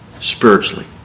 spiritually